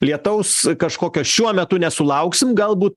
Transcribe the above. lietaus kažkokio šiuo metu nesulauksim galbūt